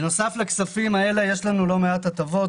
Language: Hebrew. בנוסף לכספים האלה יש לנו לא מעט הטבות